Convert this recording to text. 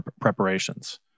preparations